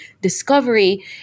discovery